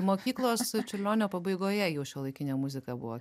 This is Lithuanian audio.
mokyklos čiurlionio pabaigoje jau šiuolaikinė muzika buvo